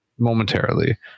momentarily